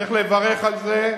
צריך לברך על זה.